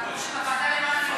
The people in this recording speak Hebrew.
כמו שבוועדה למען,